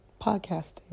podcasting